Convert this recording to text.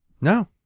No